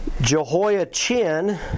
Jehoiachin